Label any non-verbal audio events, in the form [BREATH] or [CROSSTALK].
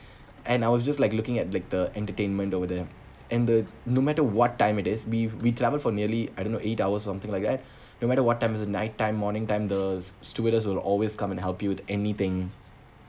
and I was just like looking at like the entertainment over there and the no matter what time it is we we travelled for nearly I don't eight hours something like that [BREATH] no matter what time is the night time morning time the stewardess will always come and help you with anything